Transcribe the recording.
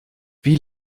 wie